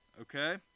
okay